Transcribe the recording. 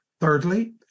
Thirdly